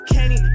Kenny